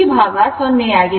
ಈ ಭಾಗ 0 ಆಗಿದೆ